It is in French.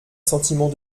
sentiment